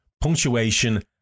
punctuation